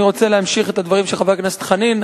ואני רוצה להמשיך את הדברים של חבר הכנסת חנין,